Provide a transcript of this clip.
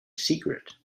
secret